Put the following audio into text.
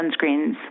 sunscreens